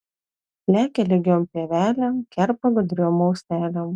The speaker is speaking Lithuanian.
lekia lygiom pievelėm kerpa gudriom auselėm